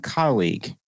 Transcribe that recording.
colleague